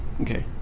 Okay